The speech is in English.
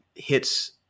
hits